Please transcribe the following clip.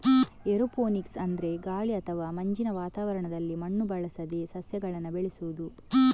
aeroponics ಅಂದ್ರೆ ಗಾಳಿ ಅಥವಾ ಮಂಜಿನ ವಾತಾವರಣದಲ್ಲಿ ಮಣ್ಣು ಬಳಸದೆ ಸಸ್ಯಗಳನ್ನ ಬೆಳೆಸುದು